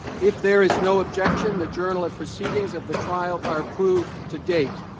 if there is no objection, the journal of proceedings of the trial are approved to date.